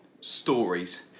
stories